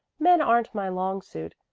men aren't my long suit.